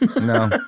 No